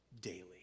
daily